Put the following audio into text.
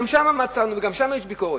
גם שם מצאנו, וגם שם יש ביקורת,